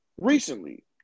recently